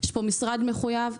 יש פה משרד מחויב,